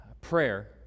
prayer